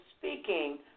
speaking